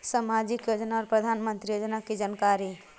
समाजिक योजना और प्रधानमंत्री योजना की जानकारी?